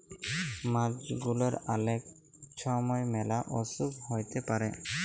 মাছ গুলার অলেক ছময় ম্যালা অসুখ হ্যইতে পারে